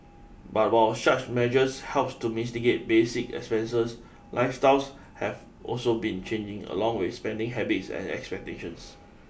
but while such measures help to mitigate basic expenses lifestyles have also been changing along with spending habits and expectations